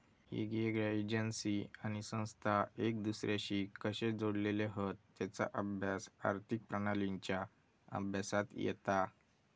येगयेगळ्या एजेंसी आणि संस्था एक दुसर्याशी कशे जोडलेले हत तेचा अभ्यास आर्थिक प्रणालींच्या अभ्यासात येता